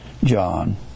John